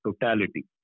totality